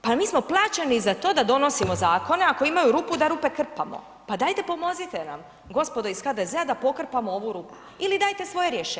Pa mi smo plaćeni za to da donosimo zakone, ako imaju rupu, da rupe krpamo, pa dajte pomozite nam gospodo iz HDZ-a da pokrpamo ovu rupu ili dajte svoje rješenje.